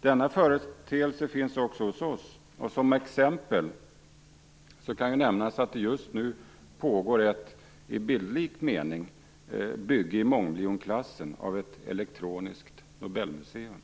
Denna företeelse finns också hos oss. Som exempel kan nämnas att det just nu pågår ett bygge - i bildlig mening - i mångmiljonklassen av ett elektroniskt Nobelmuseum.